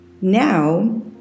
Now